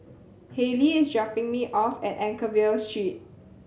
Hayley is dropping me off at Anchorvale Street